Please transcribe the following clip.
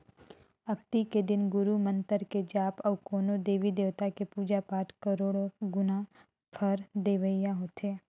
अक्ती के दिन गुरू मंतर के जाप अउ कोनो देवी देवता के पुजा पाठ करोड़ो गुना फर देवइया होथे